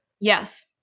Yes